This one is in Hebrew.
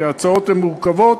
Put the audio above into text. כי ההצעות הן מורכבות,